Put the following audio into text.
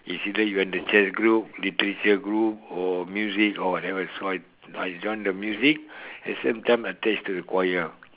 is either you in the chess group literature group or music or whatever so I I join the music at the same time attached to the choir